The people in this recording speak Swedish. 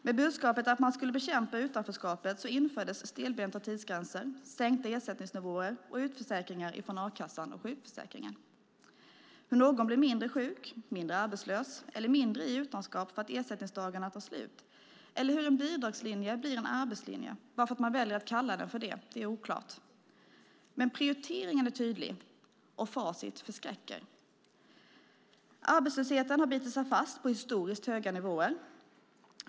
Med budskapet att man skulle bekämpa utanförskapet infördes stelbenta tidsgränser, sänkta ersättningsnivåer och utförsäkringar från a-kassan och sjukförsäkringen. Hur någon blir mindre sjuk, mindre arbetslös eller mindre i utanförskap för att ersättningsdagarna tar slut eller hur en bidragslinje blir en arbetslinje bara för att man väljer att kalla den för det är oklart. Men prioriteringen är tydlig, och facit förskräcker. Arbetslösheten har bitit sig fast på historiskt höga nivåer.